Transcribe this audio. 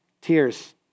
tears